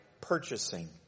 purchasing